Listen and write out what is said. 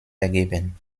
ergeben